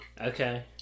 Okay